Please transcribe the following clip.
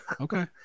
Okay